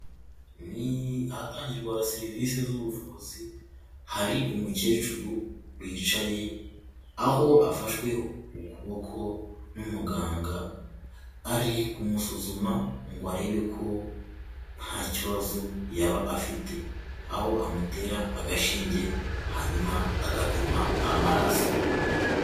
Ni ahatangirwa serivisi z'ubuvuzi, hari umukecuru wicaye aho afashwe ukuboko n'umuganga, ari kumusuzuma ngo arebe ko nta kibazo yaba afite, aho amutera agashinge hanyuma agapima amaraso.